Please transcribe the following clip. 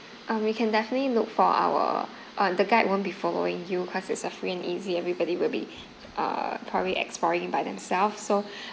um we can definitely look for our orh the guide won't be following you cause it's a free and easy everybody will be uh probably exploring by themselves so